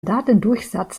datendurchsatz